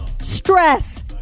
stress